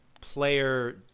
player